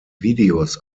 videos